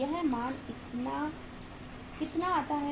यह मान कितना आता है